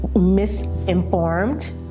misinformed